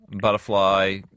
butterfly